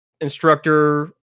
instructor